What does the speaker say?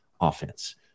offense